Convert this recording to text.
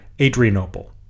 Adrianople